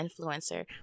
influencer